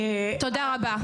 תודה רבה.